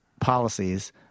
policies